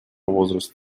возраста